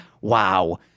wow